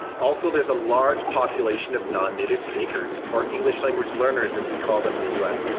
also, there's a large population of non-native speakers, or english language learners as we call them in the us.